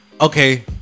Okay